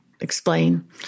Explain